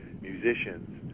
musicians